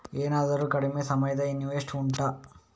ಏನಾದರೂ ಕಡಿಮೆ ಸಮಯದ ಇನ್ವೆಸ್ಟ್ ಉಂಟಾ